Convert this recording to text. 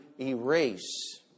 erase